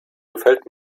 gefällt